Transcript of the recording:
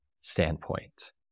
standpoint